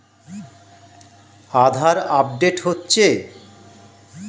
আধার update হচ্ছে?